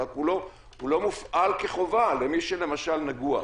רק הוא לא מופעל כחובה למי שלמשל נגוע.